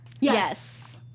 Yes